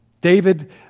David